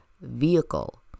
vehicle